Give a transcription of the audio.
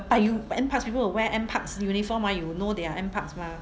but you N Parks people will wear N parks uniform mah you will know they are N parks mah